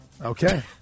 Okay